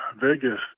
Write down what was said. Vegas